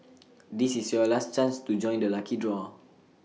this is your last chance to join the lucky draw